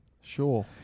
Sure